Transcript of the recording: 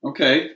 Okay